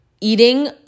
eating